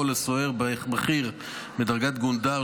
או לסוהר בכיר בדרגת גונדר,